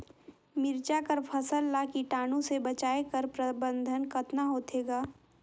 मिरचा कर फसल ला कीटाणु से बचाय कर प्रबंधन कतना होथे ग?